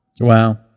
Wow